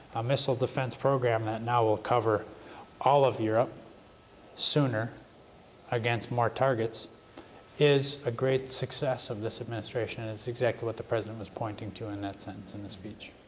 a missile defense program that now will cover all of europe sooner against more targets is a great success of this administration, and it's exactly what the president was pointing to in that sentence in his speech.